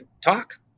talk